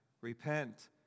Repent